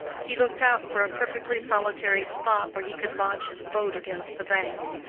he looked out for a perfectly solitary spot where he could lodge his boat against the bank,